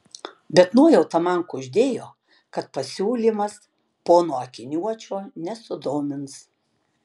bet nuojauta man kuždėjo kad pasiūlymas pono akiniuočio nesudomins